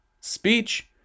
speech